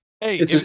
Hey